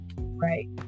right